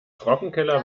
trockenkeller